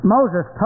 Moses